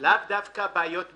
לאו דווקא בעיות ברגליים: